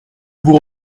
vous